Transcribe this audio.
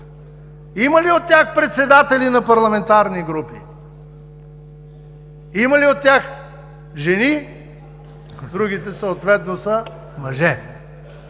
Има ли от тях председатели на парламентарни групи, има ли от тях жени, другите съответно са мъже.